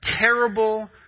terrible